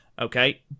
Okay